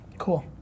Cool